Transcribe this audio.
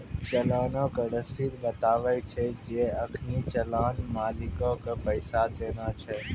चलानो के रशीद बताबै छै जे अखनि चलान मालिको के पैसा देना छै